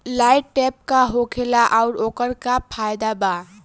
Light trap का होखेला आउर ओकर का फाइदा बा?